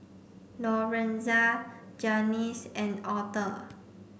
Lorenza Janyce and Author